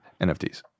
NFTs